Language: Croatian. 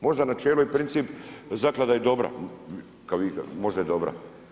Možda na čelu i princip, zaklada je i dobra, možda je dobra.